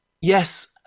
yes